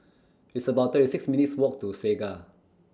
It's about thirty six minutes' Walk to Segar